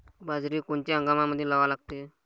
बाजरी कोनच्या हंगामामंदी लावा लागते?